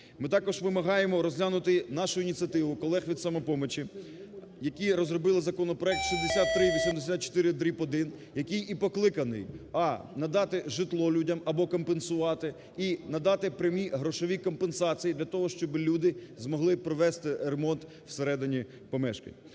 Ми також вимагаємо розглянути нашу ініціативу, колег від "Самопомочі", які розробили законопроект 6384-1, який і покликаний: а) надати житло людям або компенсувати і надати прямі грошові компенсації для того, щоб люди змогли провести ремонт всередині помешкання.